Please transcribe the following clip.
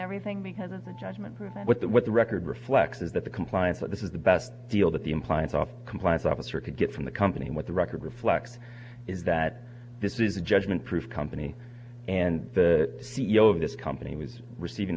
everything because of the judgment what the what the record reflects is that the compliance with this is the best deal that the implants off compliance officer could get from the company what the record reflects is that this is a judgment proof company and the c e o of this company was receiving